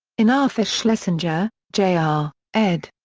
in arthur schlesinger, jr, ah ed.